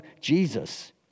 Jesus